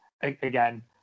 again